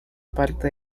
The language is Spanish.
parte